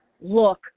Look